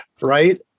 Right